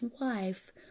wife